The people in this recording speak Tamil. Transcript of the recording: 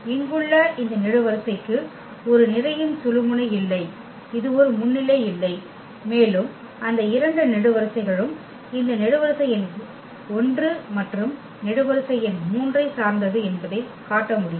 இங்குள்ள இந்த நெடுவரிசைக்கு ஒரு நிரையின் சுழுமுனை இல்லை இது ஒரு முன்னிலை இல்லை மேலும் அந்த இரண்டு நெடுவரிசைகளும் இந்த நெடுவரிசை எண் 1 மற்றும் நெடுவரிசை எண் 3 ஐப் சார்ந்தது என்பதைக் காட்ட முடியும்